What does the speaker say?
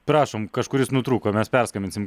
prašom kažkuris nutrūko mes perskambinsim